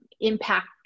impact